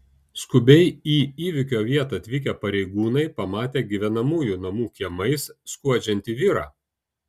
skubiai į įvykio vietą atvykę pareigūnai pamatė gyvenamųjų namų kiemais skuodžiantį vyrą